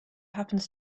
happens